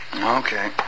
Okay